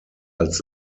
als